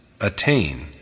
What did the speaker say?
attain